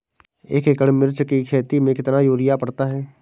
एक एकड़ मिर्च की खेती में कितना यूरिया पड़ता है?